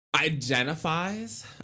identifies